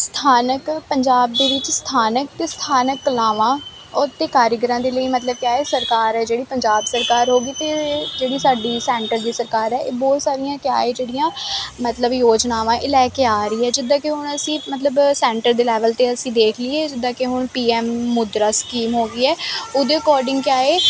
ਸਥਾਨਕ ਪੰਜਾਬ ਦੇ ਵਿੱਚ ਸਥਾਨਕ ਤੇ ਸਥਾਨਕ ਕਲਾਵਾਂ ਉਹ ਅਧਿਕਾਰੀਗਰਾ ਦੇ ਲਈ ਮਤਲਬ ਕਿ ਸਰਕਾਰ ਜਿਹੜੀ ਪੰਜਾਬ ਸਰਕਾਰ ਹੋ ਗਈ ਤੇ ਜਿਹੜੀ ਸਾਡੀ ਸੈਂਟਰ ਦੀ ਸਰਕਾਰ ਇਹ ਬਹੁਤ ਸਾਰੀਆਂ ਕਿਆ ਹ ਜਿਹੜੀਆਂ ਮਤਲਬ ਯੋਜਨਾਵਾਂ ਲੈ ਕੇ ਆ ਰਹੀ ਹੈ ਜਿੱਦਾਂ ਕਿ ਹੁਣ ਅਸੀਂ ਮਤਲਬ ਸੈਂਟਰ ਦੇ ਲੈਵਲ ਤੇ ਅਸੀਂ ਦੇਖ ਲਈਏ ਜਿੱਦਾਂ ਕਿ ਹੁਣ ਪੀ ਐਮ ਮੁਦਰਾ ਸਕੀਮ ਹੋ ਗਈ ਹ ਉਹਦੇ ਅਕੋਰਡਿੰਗ ਕਿਆ ਏ